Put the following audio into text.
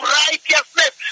righteousness